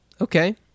Okay